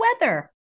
weather